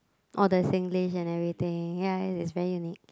oh the Singlish and everything ya it's very unique